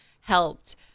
helped